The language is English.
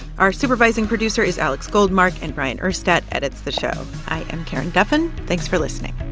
our supervising producer is alex goldmark and bryant urstadt edits the show. i am karen duffin. thanks for listening